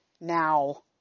now